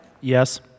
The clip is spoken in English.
Yes